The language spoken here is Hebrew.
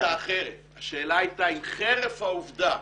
השאלה הייתה אחרת, השאלה הייתה אם חרף העובדה